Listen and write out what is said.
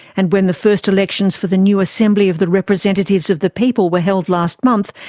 and when the first elections for the new assembly of the representatives of the people were held last month,